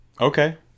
Okay